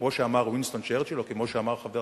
כמו שאמר וינסטון צ'רצ'יל,